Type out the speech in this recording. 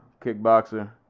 kickboxer